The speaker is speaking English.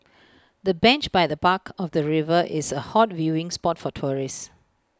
the bench by the bank of the river is A hot viewing spot for tourists